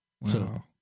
Wow